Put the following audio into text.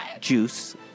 juice